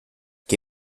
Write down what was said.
que